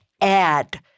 add